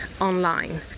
online